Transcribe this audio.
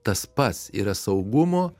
tas pats yra saugumo